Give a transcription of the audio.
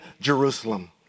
Jerusalem